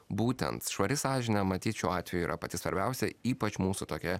būtent švari sąžinė matyt šiuo atveju yra pati svarbiausia ypač mūsų tokia